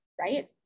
right